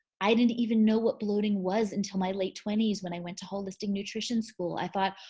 i didn't even know what bloating was until my late twenty s when i went to holistic nutrition school. i thought,